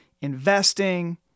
investing